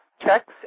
checks